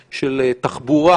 תעבורה,